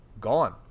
gone